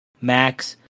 max